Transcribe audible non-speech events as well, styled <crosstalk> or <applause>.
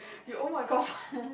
you oh my god <laughs>